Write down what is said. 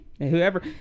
Whoever